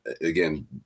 Again